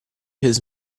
his